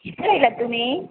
किती घेलात तुम्ही